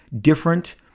different